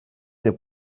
der